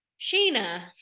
Sheena